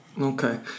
Okay